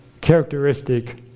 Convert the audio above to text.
characteristic